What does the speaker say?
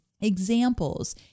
examples